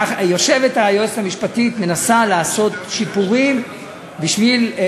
יושבת היועצת המשפטית, מנסה לעשות שיפורים בשביל,